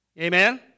Amen